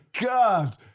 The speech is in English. God